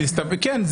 כן.